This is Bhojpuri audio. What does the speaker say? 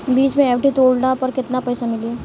बीच मे एफ.डी तुड़ला पर केतना पईसा मिली?